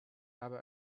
habe